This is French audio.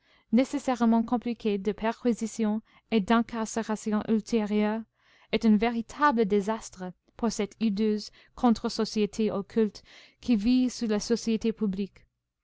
nécessairement compliquée de perquisitions et d'incarcérations ultérieures est un véritable désastre pour cette hideuse contre société occulte qui vit sous la société publique